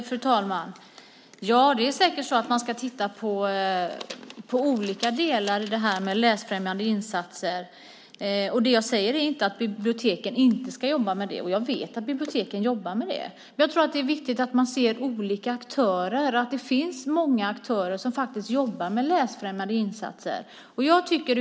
Fru talman! Det är säkert så att man ska titta på olika delar i det här med läsfrämjande insatser, och jag säger inte att biblioteken inte ska jobba med det. Jag vet att biblioteken jobbar med det. Men det är viktigt att se att det finns många aktörer som jobbar med läsfrämjande insatser.